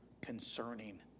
concerning